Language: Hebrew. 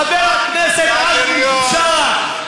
חבר הכנסת עזמי בשארה.